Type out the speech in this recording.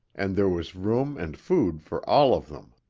and there was room and food for all of them.